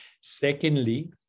Secondly